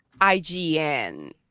IGN